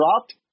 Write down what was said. dropped